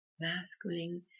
Masculine